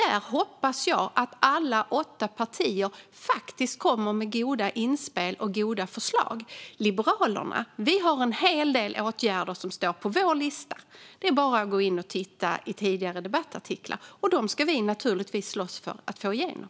Där hoppas jag att alla åtta partier faktiskt kommer med goda inspel och goda förslag. Vi liberaler har en hel del åtgärder på vår lista. Det är bara att gå in och titta i tidigare debattartiklar. De åtgärderna ska vi naturligtvis slåss för att få igenom.